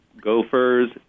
gophers